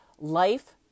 life